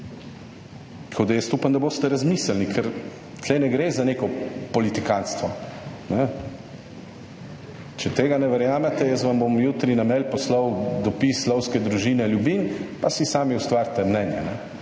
Tako da, jaz upam, da boste razmislili, ker tu ne gre za neko politikantstvo. Če tega ne verjamete, jaz vam bom jutri na mail poslal dopis Lovske družine Ljubin pa si sami ustvarite mnenje.